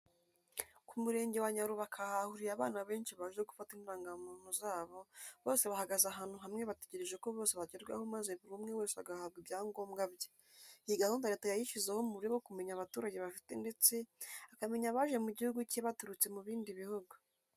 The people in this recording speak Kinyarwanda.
Ku Murenge wa Nyarubaka hahuriye abana benshi baje gufata indangamuntu zabo, bose bahagaze ahantu hamwe bategereje ko bose bagerwaho maze buri umwe wese agahabwa ibyangombwa bye, iyi gahunda leta yayishyizeho mu buryo bwo kumenya abaturage bafite ndetse akamenya abaje mu gihugu cye baturutse mu bindi bihugu.